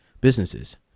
businesses